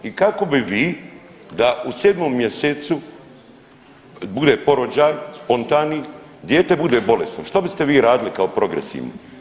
I kako bi vi da u 7 mjesecu bude porođaj spontani, dijete bude bolesno, što biste vi radili kao progresivni?